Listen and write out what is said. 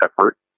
effort